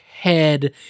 head